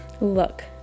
look